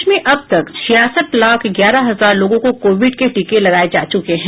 देश में अब तक छियासठ लाख ग्यारह हजार लोगों को कोविड के टीके लगाये जा चुके हैं